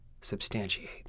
substantiate